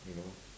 you know